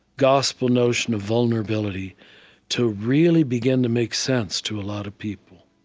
gospel notion of vulnerability to really begin to make sense to a lot of people.